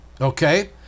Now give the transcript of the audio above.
Okay